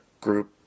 group